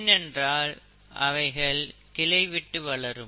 ஏனென்றால் அவைகள் கிளை விட்டு வளரும்